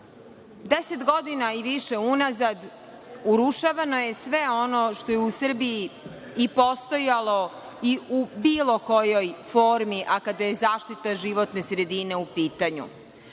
Deset godina i više unazad, urušavano je sve ono što je u Srbiji i postojalo i u bilo kojoj formi, a kada je zaštita životne sredine upitanju.